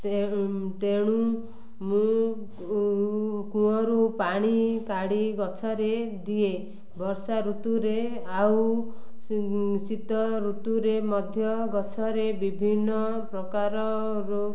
ତେଣ ତେଣୁ ମୁଁ ଉ କୂଅରୁ ପାଣି କାଢ଼ି ଗଛରେ ଦିଏ ବର୍ଷା ଋତୁରେ ଆଉ ଶୀତ ଋତୁରେ ମଧ୍ୟ ଗଛରେ ବିଭିନ୍ନ ପ୍ରକାର